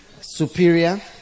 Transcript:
superior